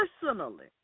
personally